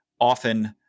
often